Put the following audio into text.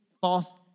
false